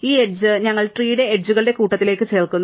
ഈ എഡ്ജ് ഞങ്ങൾ ട്രീടെ എഡ്ജുകളുടെ കൂട്ടത്തിലേക്ക് ചേർക്കുന്നു